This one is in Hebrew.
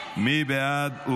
מי בעד?